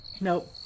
Nope